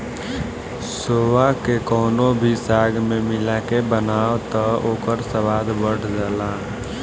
सोआ के कवनो भी साग में मिला के बनाव तअ ओकर स्वाद बढ़ जाला